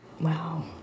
Wow